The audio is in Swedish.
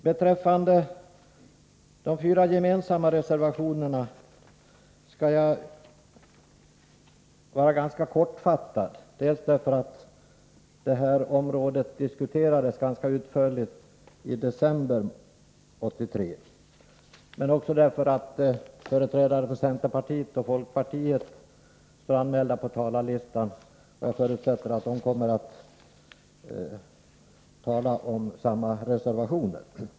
Beträffande de fyra gemensamma reservationerna skall jag fatta mig kort dels därför att de här frågorna diskuterades ganska utförligt i december 1983, dels därför att företrädare för centerpartiet och folkpartiet står anmälda på talarlistan, så jag förutsätter att de kommer att tala om samma reservationer.